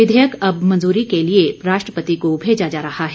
विधेयक अब मंजूरी के लिए राष्ट्रपति को भेजा जा रहा है